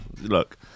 Look